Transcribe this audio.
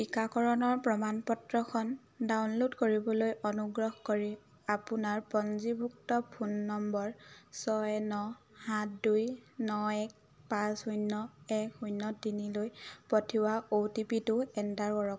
টিকাকৰণৰ প্ৰমাণ পত্ৰখন ডাউনলোড কৰিবলৈ অনুগ্ৰহ কৰি আপোনাৰ পঞ্জীভুক্ত ফোন নম্বৰ ছয় ন সাত দুই ন এক পাঁচ শূন্য এক শূন্য তিনিলৈ পঠিওৱা অ'টিপিটো এণ্টাৰ কৰক